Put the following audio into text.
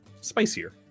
spicier